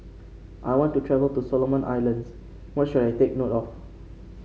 I want to travel to Solomon Islands what should I take note of